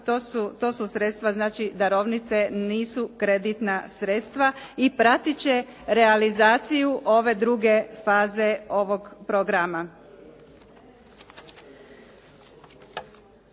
To su sredstva darovnice znači nisu kreditna sredstva i prat će realizaciju ove druge faze ovog programa.